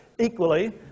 Equally